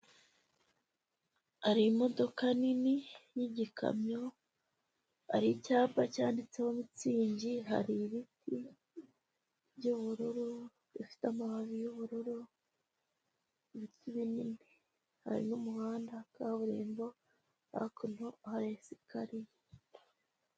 Hari imodoka nini y'igikamyo, hari icyapa cyanditseho mitsingi, hari ibiti by'ubururu bifite amababi y'ubururu, ibiti binini, hari n'umuhanda wa kaburimbo, hakuno hari esikariye.